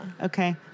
Okay